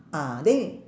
ah then you